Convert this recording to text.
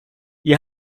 ihr